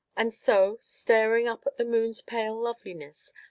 and so, staring up at the moon's pale loveliness,